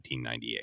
1998